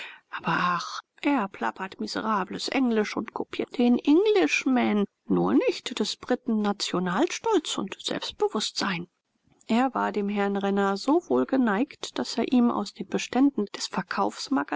aber ach er plappert miserables englisch und kopiert den englishman nur nicht des briten nationalstolz und selbstbewußtsein er war dem herrn renner so wohlgeneigt daß er ihm aus den beständen des